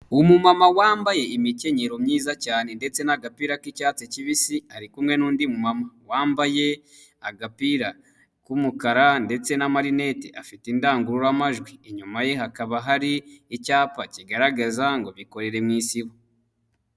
Umumama wambaye imikenyero myiza cyane ndetse n'agapira k'icyatsi kibisi ari kumwe n'undi mumama wambaye agapira k'umukara ndetse n'amarinete afite indangururamajwi, inyuma ye hakaba hari icyapa kigaragaza ngo bikorere mu Isibo.